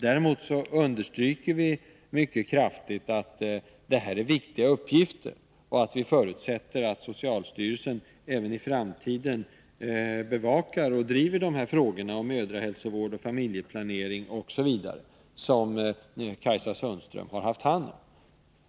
Däremot understryker vi mycket kraftigt att detta är viktiga uppgifter och att vi förutsätter att socialstyrelsen även i framtiden bevakar och driver frågorna om mödrahälsovård, familjeplanering osv., som Kajsa Sundström har haft hand om.